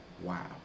wow